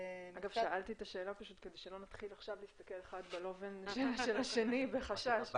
אגב שאלתי את השאלה כדי שלא נוכל עכשיו להסתכל אחד בלובן של השני בחשש.